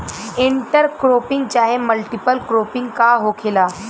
Inter cropping चाहे multiple cropping का होखेला?